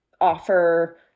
offer